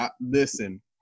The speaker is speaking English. Listen